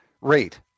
rate